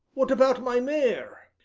what about my mare?